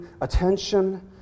attention